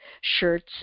shirts